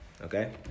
okay